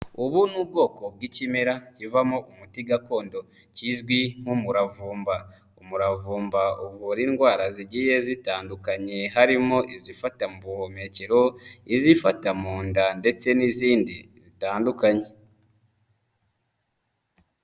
Ubu ni ubwoko bw'ikimera kivamo umuti gakondo kizwi nk'umuravumba. Umuravumba uvura indwara zigiye zitandukanye harimo izifata mu buhumekero, izifata mu nda ndetse n'izindi zitandukanye.